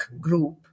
group